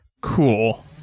Cool